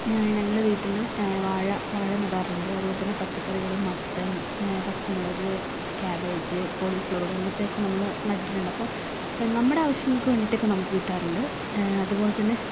ഞങ്ങളുടെ വീട്ടിൽ വാഴ വാഴ നടാറുണ്ട് അതുപോലെ തന്നെ പച്ചകറികൾ മത്തന് പച്ചമുളക് ക്യാബേജ് കോളിഫ്ലവര് അങ്ങനത്തെയൊക്കെ നമ്മൾ നട്ടിട്ടുണ്ട് അപ്പോൾ നമ്മുടെ ആവശ്യങ്ങൾക്ക് വേണ്ടിയിട്ടൊക്കെ നമുക്ക് കിട്ടാറുണ്ട് അതുപോലെ തന്നെ